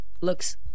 Looks